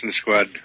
squad